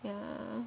yeah